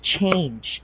change